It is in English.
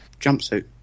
Jumpsuit